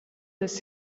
this